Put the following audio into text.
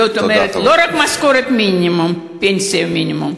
זאת אומרת לא רק משכורת מינימום, פנסיית מינימום.